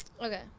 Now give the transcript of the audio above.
Okay